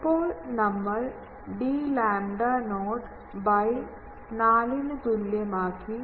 ഇപ്പോൾ നമ്മൾ d lambda not by നാലിന് തുല്യമാക്കി